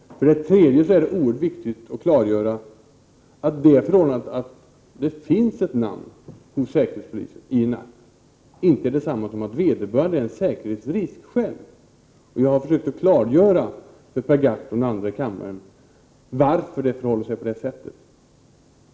För det andra är det mycket viktigt att klargöra att det förhållandet att det finns ett namn i en akt hos säkerhetspolisen inte är detsamma som att vederbörande själv är en säkerhetsrisk. Jag har försökt att klargöra för Per Gahrton och andra i kammaren varför det förhåller sig på det sättet.